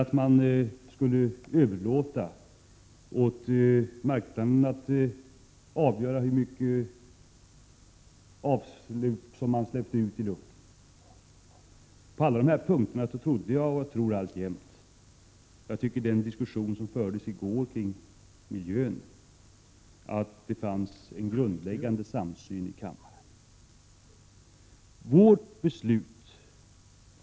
Vi kan inte överlåta åt marknaden att avgöra hur mycket avgaser som släpps ut i luften. På alla dessa punkter trodde jag och tror alltjämt — det tycker jag att diskussionen i går om miljön bestyrker — att det finns en grundläggande samsyn i kammaren.